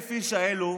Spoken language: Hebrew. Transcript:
וה-1,000 איש האלה